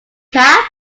cab